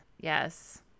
yes